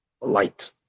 light